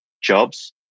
jobs